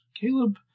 Caleb